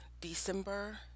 December